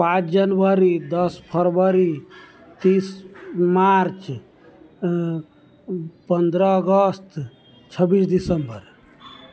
पाँच जनवरी दस फरवरी तीस मार्च पन्द्रह अगस्त छब्बीस दिसम्बर